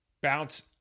bounce